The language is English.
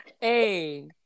Hey